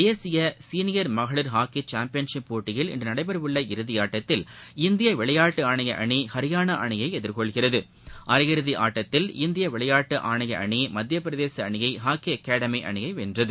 தேசிய சீளியர் மகளிர் hockey championship போட்டியில் இன்று நடைபெறவுள்ள இறுதி ஆட்டத்தில் இந்திய விளையாட்டு ஆணைய அணி ஹரியானா அணியை எதிர்கொள்கிறது அரையிறுதி ஆட்டத்தில் இந்திய விளையாட்டு ஆணைய அணி மத்தியப்பிரதேச அணியை ஹாக்கி அகடெமி அணியை வென்றது